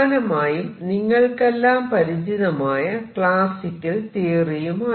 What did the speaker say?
പ്രധാനമായും നിങ്ങൾക്കെല്ലാം പരിചിതമായ ക്ലാസിക്കൽ തിയറിയുമായി